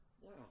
wow